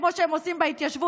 כמו שהם עושים בהתיישבות,